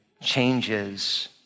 changes